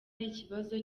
ikibazo